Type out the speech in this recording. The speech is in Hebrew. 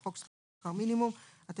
"חוק שכר מינימום" חוק שכר מינימום,